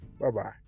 Bye-bye